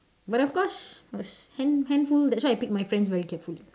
but of course course hand~ handful that's why I pick my friends very carefully